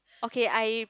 okay I